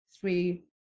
three